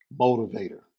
motivator